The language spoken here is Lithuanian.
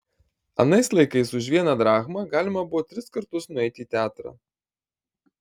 anais laikais už vieną drachmą galima buvo tris kartus nueiti į teatrą